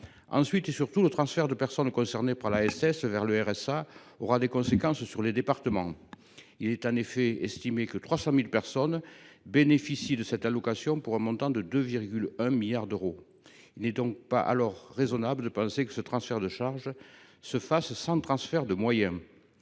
Ensuite, et surtout, le transfert des personnes concernées par l’ASS vers le RSA aura des conséquences sur les départements. Il est en effet estimé que 300 000 personnes bénéficient de cette allocation, pour un montant de 2,1 milliards d’euros. Il n’est donc pas raisonnable de penser que ce transfert de charges se fasse sans transfert de moyens